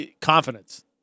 Confidence